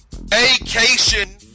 Vacation